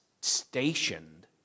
stationed